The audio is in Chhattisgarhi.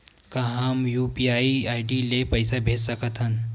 का हम यू.पी.आई आई.डी ले पईसा भेज सकथन?